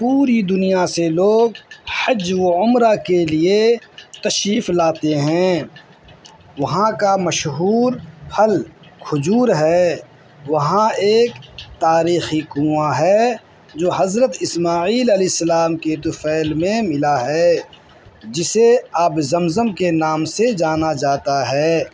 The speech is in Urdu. پوری دنیا سے لوگ حج و عمرہ کے لیے تشریف لاتے ہیں وہاں کا مشہور پھل کھجور ہے وہاں ایک تاریخی کنواں ہے جو حضرت اسماعیل عیہ السلام کے طفیل میں ملا ہے جسے آب زمزم کے نام سے جانا جاتا ہے